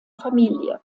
familie